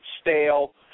stale